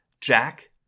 Jack